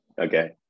Okay